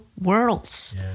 worlds